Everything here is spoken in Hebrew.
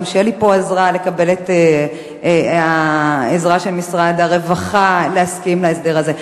גם שלי עזרה פה לקבל את ההסכמה של משרד הרווחה להסדר הזה.